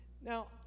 Now